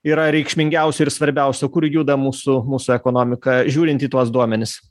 yra reikšmingiausia ir svarbiausia kur juda mūsų mūsų ekonomika žiūrint į tuos duomenis